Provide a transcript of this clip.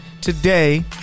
Today